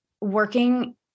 working